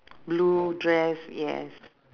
blue dress yes